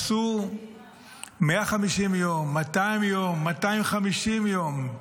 עשו 150 יום, 200 יום, 250 יום.